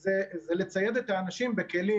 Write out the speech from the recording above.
זה לצייד את האנשים בכלים.